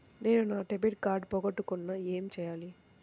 నేను నా debit card పోగొట్టుకున్నాను ఏమి చేయాలి?